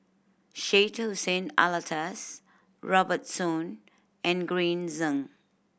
Syed Hussein Alatas Robert Soon and Green Zeng